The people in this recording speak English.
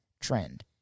trend